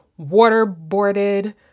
waterboarded